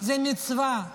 זאת מצווה,